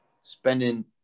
spending